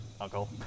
uncle